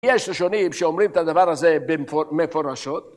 יש ראשונים שאומרים את הדבר הזה במפורשות.